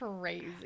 crazy